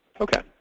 Okay